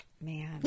Man